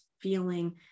feeling